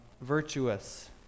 virtuous